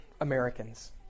Americans